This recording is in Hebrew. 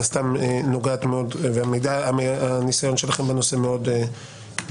הסתם נוגעת מאוד והניסיון שלכם בנושא מאוד רלוונטי.